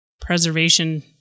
preservation